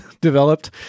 developed